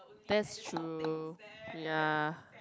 that's true ya